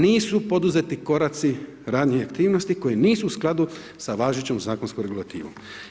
Nisu poduzeti koraci, radnje i aktivnosti koje nisu u skladu sa važećom zakonskom regulativom.